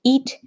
Eat